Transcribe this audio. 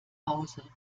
hause